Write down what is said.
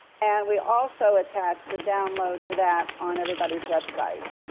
and we also attached a download to that, on everybody's website.